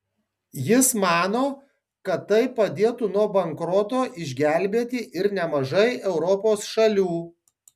jis mano kad tai padėtų nuo bankroto išgelbėti ir nemažai europos šalių